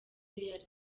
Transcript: real